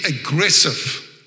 aggressive